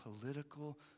political